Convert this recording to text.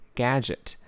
，gadget